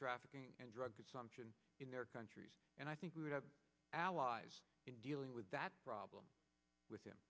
trafficking and drug consumption in their countries and i think we have allies in dealing with that problem with